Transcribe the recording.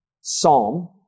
Psalm